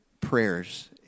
prayers